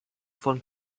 von